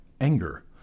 anger